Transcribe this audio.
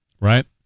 right